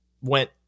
went